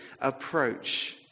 approach